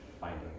finding